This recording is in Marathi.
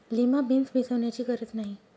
लिमा बीन्स भिजवण्याची गरज नाही